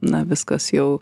na viskas jau